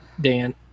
Dan